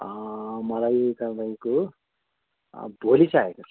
मलाई तपाईँको भोलि चाहिएको छ